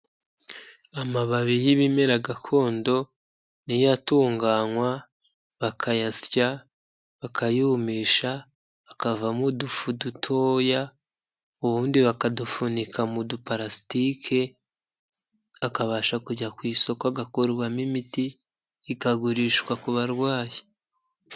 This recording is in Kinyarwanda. Amababi y'ibimera gakondo niy’atunganywa bakayasya, bakayumisha, akavamo udufu dutoya, ubundi bakadufunika mu dupalasitike, akabasha kujya kw’isoko, agakorwamo imiti ikagurishwa ku barwayi.